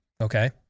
okay